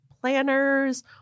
planners